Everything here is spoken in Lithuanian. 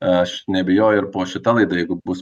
aš neabejoju ir po šita laida jeigu bus